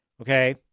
okay